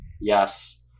Yes